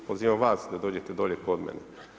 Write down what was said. Pozivam vas da dođete dolje kod mene.